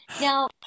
Now